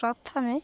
ପ୍ରଥମେ